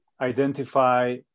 identify